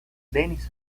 dennis